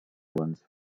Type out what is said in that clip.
islands